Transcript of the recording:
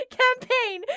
campaign